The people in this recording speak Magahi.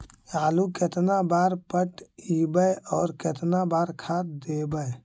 आलू केतना बार पटइबै और केतना बार खाद देबै?